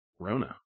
rona